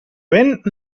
vent